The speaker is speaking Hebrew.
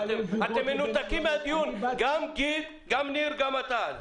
אתם מנותקים מהדיון, גם ניר וגם אתה.